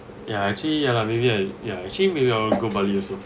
ya actually ya lah maybe I yeah actually maybe I wanna go bali also